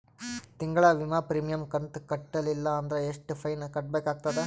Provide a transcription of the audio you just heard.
ತಿಂಗಳ ವಿಮಾ ಪ್ರೀಮಿಯಂ ಕಂತ ಕಟ್ಟಲಿಲ್ಲ ಅಂದ್ರ ಎಷ್ಟ ಫೈನ ಕಟ್ಟಬೇಕಾಗತದ?